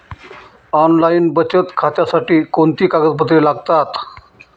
Online बचत खात्यासाठी कोणती कागदपत्रे लागतात?